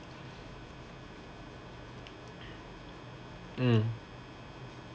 mm